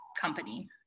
company